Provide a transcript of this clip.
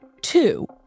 Two